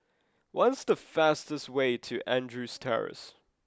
what is the fastest way to Andrews Terrace